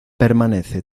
permanece